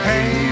Hey